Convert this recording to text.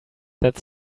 that